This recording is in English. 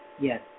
Yes